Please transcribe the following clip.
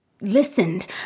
listened